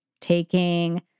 taking